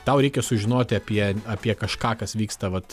tau reikia sužinoti apie apie kažką kas vyksta vat